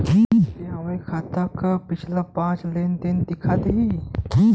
कृपया हमरे खाता क पिछला पांच लेन देन दिखा दी